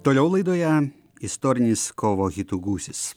toliau laidoje istorinis kovo hitų gūsis